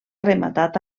rematat